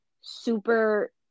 super